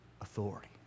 authority